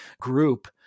group